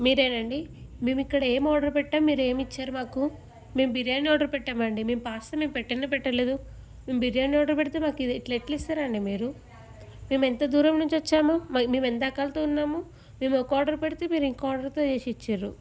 మీరేనాండీ మేమిక్కడ ఏం ఆర్డర్ పెట్టాం మీరేమిచ్చారు మాకు మేము బిర్యానీ ఆర్డర్ పెట్టాం అండీ మేము పార్సెం మేము పెట్టనే పెట్టలేదు మేం బిర్యానీ ఆర్డర్ పెడితే మాకు ఇది ఇలా ఎలా ఇస్తారండి మీరు మేమెంత దూరం నుంచి వచ్చామో మేమెంత ఆకలితో ఉన్నామో మేము ఒక ఆర్డర్ పెడితే మీరు ఇంకో ఆర్డర్తో చేసి ఇచ్చారు